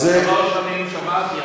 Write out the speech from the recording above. שלוש שנים שמעתי,